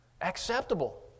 acceptable